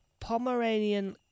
Pomeranian